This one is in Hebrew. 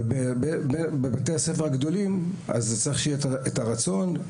אבל בבתי הספר הגדולים צריך שיהיה הרצון,